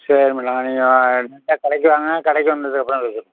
சரி மேடோம் நீங்கள் கடைக்கு வாங்க கடைக்கு வந்ததுக்கு அப்பறம் பேசிப்